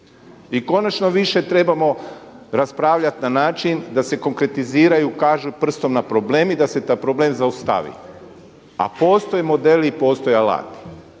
I konačno više trebamo raspravljati na način da se konkretiziraju, ukažu prstom na problem i da se taj problem zaustavi. A postoji model i postoji alat.